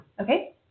Okay